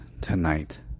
tonight